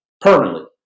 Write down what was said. permanently